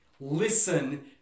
Listen